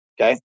Okay